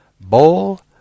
bowl